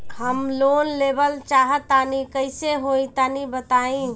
हम लोन लेवल चाह तनि कइसे होई तानि बताईं?